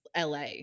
LA